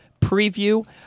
preview